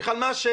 בכלל מה השאלה?